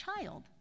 child